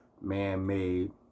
man-made